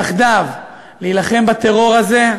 יחדיו נילחם בטרור הזה.